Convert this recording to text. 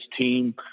team